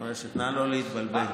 נא לא להתבלבל.